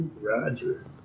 Roger